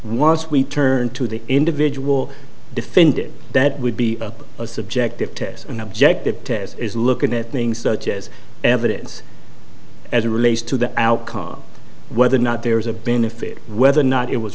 was we turn to the individual defended that would be a subjective test an objective test is looking at things such as evidence as it relates to the outcome whether or not there is a benefit whether or not it was